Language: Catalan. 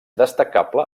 destacable